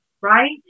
Right